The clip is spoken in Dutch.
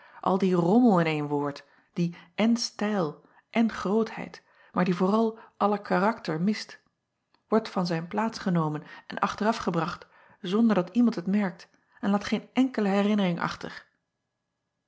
al die rommel in één woord die èn stijl èn grootheid maar die acob van ennep laasje evenster delen vooral alle karakter mist wordt van zijn plaats genomen en achteraf gebracht zonder dat iemand het merkt en laat geen enkele herinnering achter